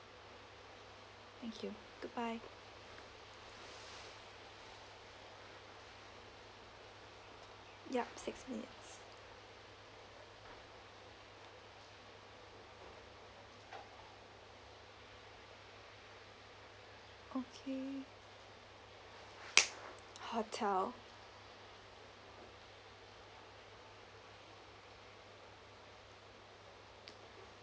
thank you goodbye yup six minutes okay hotel